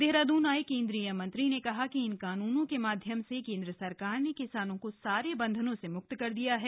देहरादून आये केंद्रीय मंत्री ने कहा कि इन कानूनों के माध्यम से केन्द्र सरकार ने किसानों को सारे बंधनों से मुक्त कर दिया है